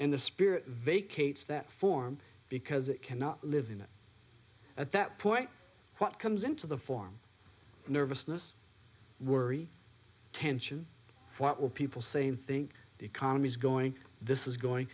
and the spirit vacates that form because it cannot live in it at that point what comes into the form nervousness worry tension what will people saying think the economy's going this is going